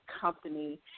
company